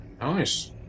Nice